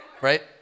Right